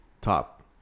top